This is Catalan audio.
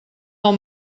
del